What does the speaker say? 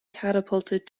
catapulted